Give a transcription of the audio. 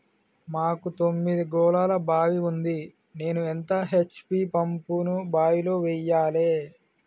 మాకు తొమ్మిది గోళాల బావి ఉంది నేను ఎంత హెచ్.పి పంపును బావిలో వెయ్యాలే?